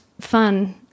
fun